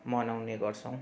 मनाउने गर्छौँ